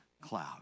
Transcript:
cloud